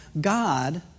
God